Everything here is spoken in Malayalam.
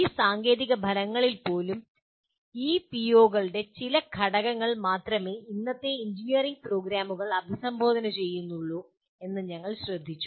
ഈ സാങ്കേതിക ഫലങ്ങളിൽ പോലും ഈ പിഒകളുടെ ചില ഘടകങ്ങൾ മാത്രമേ ഇന്നത്തെ എഞ്ചിനീയറിംഗ് പ്രോഗ്രാമുകൾ അഭിസംബോധന ചെയ്യുന്നുള്ളൂ എന്ന് ഞങ്ങൾ ശ്രദ്ധിച്ചു